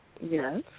Yes